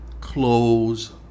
close